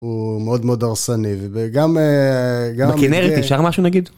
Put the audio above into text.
הוא מאוד מאוד הרסני וגם, וגם, בכנרת אפשר משהו נגיד?